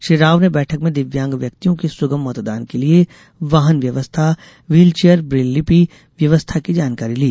श्री राव ने बैठक में दिव्यांग व्यक्तियों के सुगम मतदान के लिये वाहन व्यवस्था व्हीलचेयर ब्रेल लिपि व्यवस्था की जानकारी ली